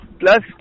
plus